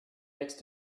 next